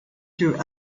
through